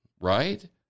Right